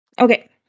Okay